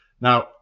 Now